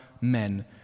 men